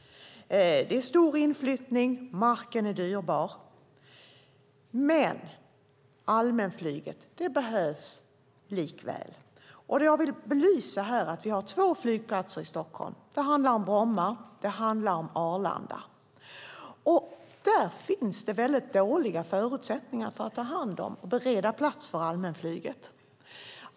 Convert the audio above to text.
Det är stor inflyttning och marken är dyrbar. Men allmänflyget behövs likväl. Jag vill belysa här att vi har två flygplatser i Stockholm, Bromma och Arlanda. Där finns det väldigt dåliga förutsättningar att bereda plats för allmänflyget.